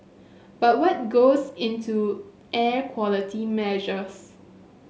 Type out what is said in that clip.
but what goes into air quality measures